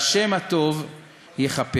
וה' הטוב יכפר".